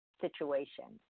situation